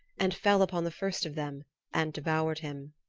and fell upon the first of them and devoured him.